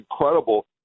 incredible